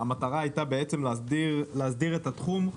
המטרה היתה להסדיר את התחום,